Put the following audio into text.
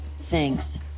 Thanks